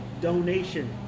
donation